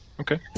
okay